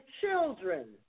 children